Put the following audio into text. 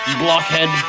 blockhead